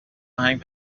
آهنگ